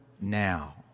now